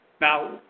Now